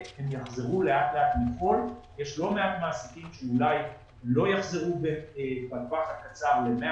יש לא מעט מעסיקים שאולי לא יחזרו בטווח הקצר ל-100